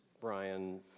Brian